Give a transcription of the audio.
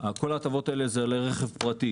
כל ההטבות הללו הן לרכב פרטי